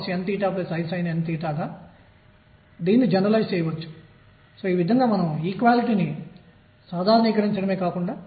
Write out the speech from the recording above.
కాబట్టి దీనిని లెక్కిద్దాం